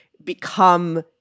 Become